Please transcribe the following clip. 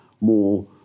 more